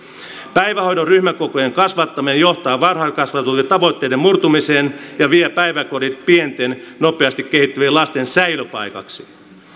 päivähoidon ryhmäkokojen kasvattaminen johtaa varhaiskasvatuksen tavoitteiden murtumiseen ja vie päiväkodit pienten nopeasti kehittyvien lasten säilöpaikaksi